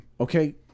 okay